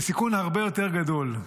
זה סיכון הרבה יותר גדול.